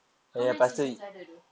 how many seasons ada though